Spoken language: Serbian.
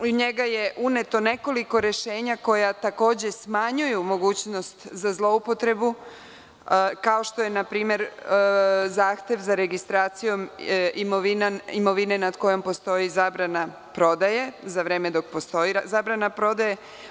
U njega je uneto nekoliko rešenja koja takođe smanjuju mogućnost za zloupotrebu, kao što je npr. zahtev za registraciju imovine nad kojom postoji zabrana prodaje, za vreme dok postoji zabrana prodaje.